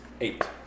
Eight